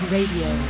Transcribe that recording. Radio